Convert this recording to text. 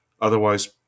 Otherwise